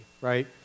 right